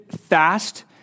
fast